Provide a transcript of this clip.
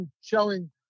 showing